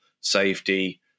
safety